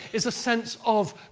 is a sense of